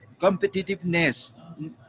competitiveness